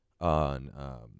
on